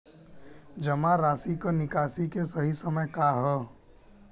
जमा राशि क निकासी के सही समय का ह?